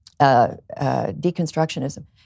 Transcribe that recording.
deconstructionism